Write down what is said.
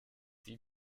die